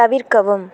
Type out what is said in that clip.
தவிர்க்கவும்